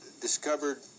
discovered